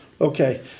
Okay